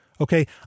Okay